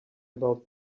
about